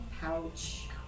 pouch